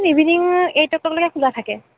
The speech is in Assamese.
ইভিনিং এইট অ' ক্লকলৈকে খোলা থাকে